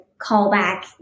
callback